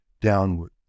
downward